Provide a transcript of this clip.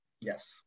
Yes